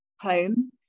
home